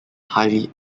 highly